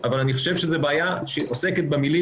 אבל אני חושב שזאת בעיה שעוסקת במילים